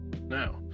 Now